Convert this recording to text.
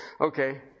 Okay